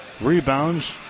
Rebounds